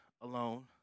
alone